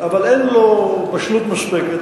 אבל אין לו בשלות מספקות,